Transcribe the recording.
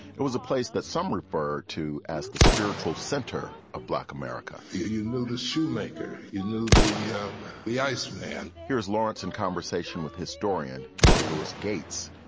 it was a place that some refer to as the spiritual center of black america you move a shoemaker. you knew the the ice man here's lawrence in conversation with historian henry lewis gates,